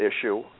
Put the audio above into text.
issue